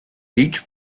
each